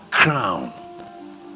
crown